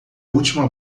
última